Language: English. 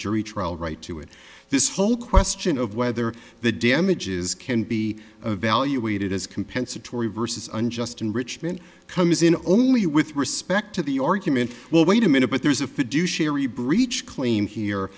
jury trial right to it this whole question of whether the damages can be evaluated as compensatory versus unjust enrichment comes in only with respect to the argument well wait a minute but there's a fiduciary breach claim here